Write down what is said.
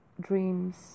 dreams